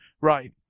right